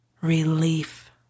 relief